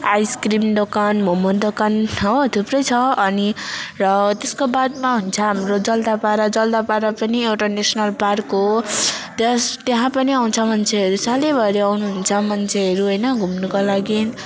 ice cream दोकान मम दोकान हो थुप्रै छ अनि र त्यसको बादमा हुन्छ हाम्रो जलदापाडा जलदापाडा पनि एउटा नेसनल पार्क हो त्यस त्यहाँ पनि आउँछ मान्छेहरू सालभरि आउनु हुन्छ मान्छेहरू होइन घुम्नुको लागि